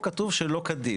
מה שעלה פה בדיון הקודם,